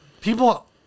People